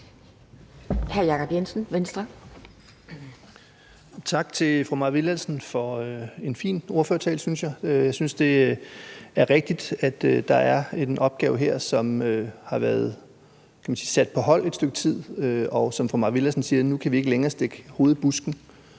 Tak til fru Mai Villadsen for en fin ordførertale. Jeg synes, det er rigtigt, at der er en opgave her, som har været, man kan sige sat på hold et stykke tid, og som fru Mai Villadsen siger, kan vi nu ikke længere stikke hovedet